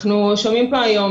אנחנו שומעים פה היום,